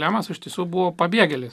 lemas iš tiesų buvo pabėgėlis